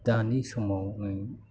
दानि समाव